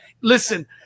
Listen